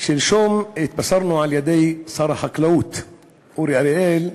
שלשום התבשרנו על-ידי שר החקלאות אורי אריאל,